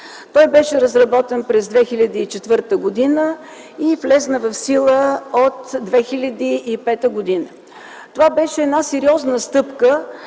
Той беше разработен през 2004 г. и влезе в сила от 2005 г. Това беше една сериозна стъпка,